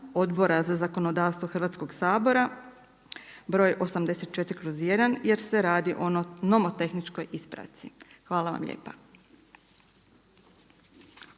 Odbora za zakonodavstvo Hrvatskog sabora br. 84/1 jer se radi o novo-tehničkoj ispravci. Hvala vam lijepa.